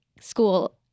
School